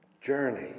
Journey